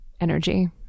energy